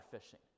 fishing